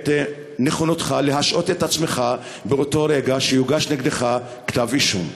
את נכונותך להשעות את עצמך באותו רגע שיוגש נגדך כתב אישום?